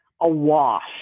awash